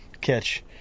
catch